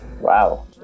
Wow